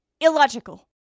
illogical